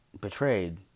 betrayed